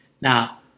now